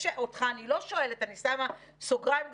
ואותך אני לא שואלת, אני שמה סוגריים גדולים,